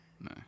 no